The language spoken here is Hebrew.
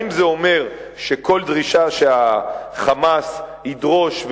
האם זה אומר שכל דרישה שה"חמאס" ידרוש,